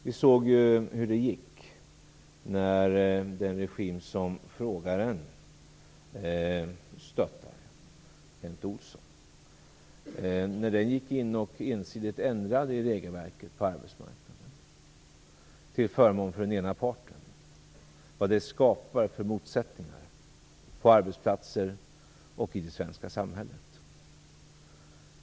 Vi såg hur det gick när den regim som Kent Olsson stöttar ensidigt gick in och ändrade i arbetsmarknadens regelverk till förmån för den ena parten. Vi såg vad det skapar för motsättningar på arbetsplatser och i det svenska samhället.